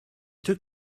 took